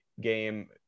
game